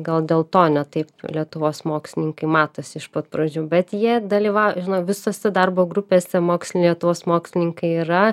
gal dėl to ne taip lietuvos mokslininkai matosi iš pat pradžių bet jie dalyvau žinot visose darbo grupėse mokslinėje lietuvos mokslininkai yra